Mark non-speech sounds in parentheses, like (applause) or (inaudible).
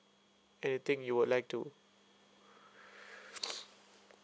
anything you would like to (noise)